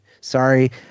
Sorry